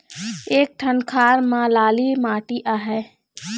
एक ठन खार म लाली माटी आहे?